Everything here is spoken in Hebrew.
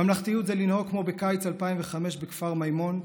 ממלכתיות זה לנהוג כמו בקיץ 2005 בכפר מימון,